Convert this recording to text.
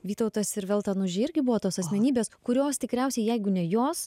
vytautas ir velta anužiai irgi buvo tos asmenybės kurios tikriausiai jeigu ne jos